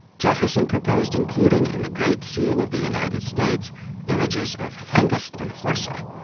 jefferson proposed including in the great seal of the united states images of hengist and horsa.